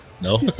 No